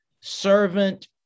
servant